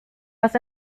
was